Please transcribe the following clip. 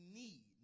need